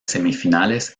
semifinales